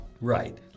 Right